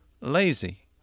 lazy